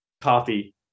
coffee